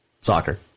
soccer